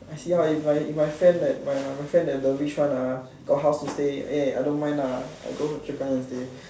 I see how if my if my friend that my my friend there the rich one ah got house to stay in eh I don't mind lah I go Choa-Chu-Kang and stay